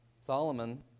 Solomon